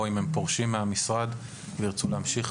או אם הם פורשים מהמשרד ורוצים להמשיך